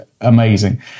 amazing